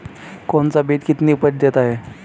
कौन सा बीज कितनी उपज देता है?